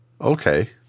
Okay